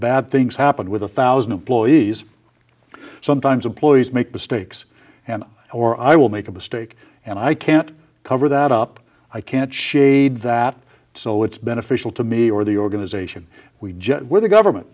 bad things happen with a thousand employees sometimes employees make mistakes and or i will make a mistake and i can't cover that up i can't shade that so it's beneficial to me or the organization we just were the government